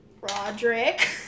Roderick